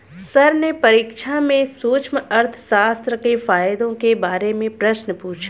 sir ने परीक्षा में सूक्ष्म अर्थशास्त्र के फायदों के बारे में प्रश्न पूछा